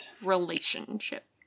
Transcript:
relationship